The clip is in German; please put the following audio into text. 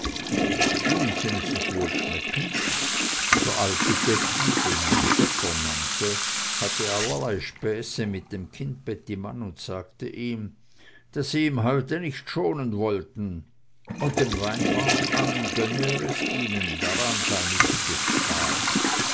sie ließen es sich wohlschmecken und der alte götti den man vetter nannte hatte allerlei späße mit dem kindbettimann und sagte ihm daß sie ihm heute nicht schonen wollten und dem weinwarm an gönne er es ihnen daran sei nichts gespart